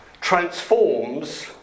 transforms